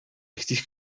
richtig